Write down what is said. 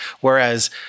Whereas